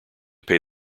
pay